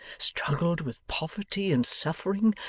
struggled with poverty and suffering,